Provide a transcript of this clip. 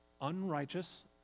unrighteous